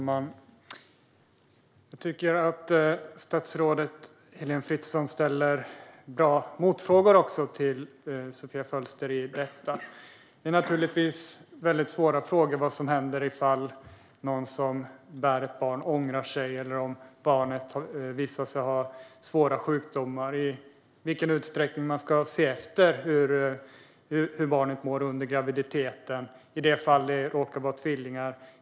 Fru talman! Statsrådet Heléne Fritzon ställer bra motfrågor till Sofia Fölster. Vad händer om någon som bär ett barn ångrar sig? Vad händer om barnet visar sig ha svåra sjukdomar? I vilken utsträckning ska man se efter hur barnet mår under graviditeten? Vad händer om det är tvillingar?